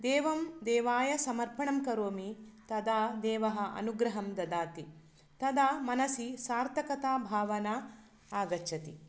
एवं देवाय समर्पणं करोमि तदा देवः अनुग्रहं ददाति तदा मनसि सार्थकता भावना आगच्छति